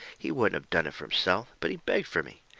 he wouldn't of done it fur himself, but he begged fur me.